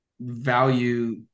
value